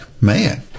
man